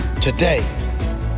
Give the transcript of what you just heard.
Today